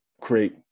create